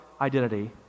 identity